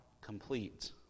complete